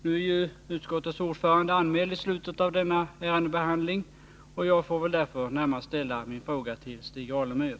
Nu är ju utskottets ordförande anmäld i slutet av behandlingen av detta ärende, och jag får väl därför ställa min fråga närmast till Stig Alemyr.